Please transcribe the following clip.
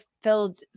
filled